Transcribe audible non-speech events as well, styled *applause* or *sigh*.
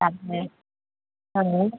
*unintelligible*